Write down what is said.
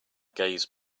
gaze